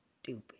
Stupid